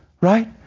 right